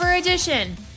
edition